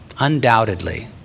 undoubtedly